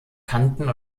kanten